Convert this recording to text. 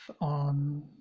on